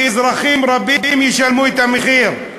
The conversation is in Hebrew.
ואזרחים רבים ישלמו את המחיר.